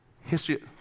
History